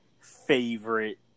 favorite